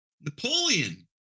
napoleon